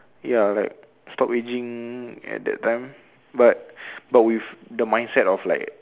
ya like stop ageing at that time but but with the mindset of like